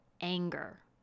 anger